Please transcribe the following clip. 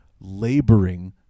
laboring